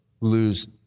lose